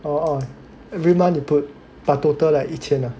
orh every month you put but total like 一千 ah